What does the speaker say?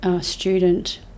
student